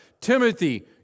Timothy